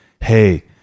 hey